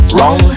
Wrong